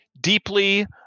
deeply